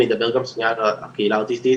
אני אדבר גם שנייה על הקהילה האוטיסטית